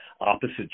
opposite